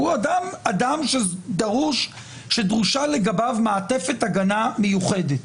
הוא אדם שדרושה לגביו מעטפת הגנה מיוחדת.